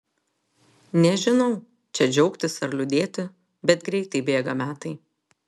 nežinau čia džiaugtis ar liūdėti bet greitai bėga metai